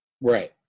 right